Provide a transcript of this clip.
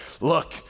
look